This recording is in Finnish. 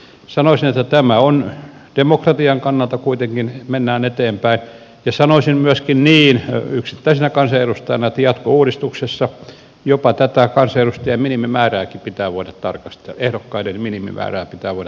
sanoisin että tässä demokratian kannalta kuitenkin mennään eteenpäin ja sanoisin myöskin niin yksittäisenä kansanedustajana että jatkouudistuksessa jopa tätä konserttia minimimäärä pitää voida tarkastaa ehdokkaiden minimimäärääkin pitää voida tarkastella